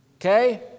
Okay